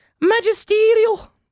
Magisterial